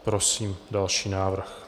Prosím další návrh.